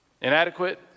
inadequate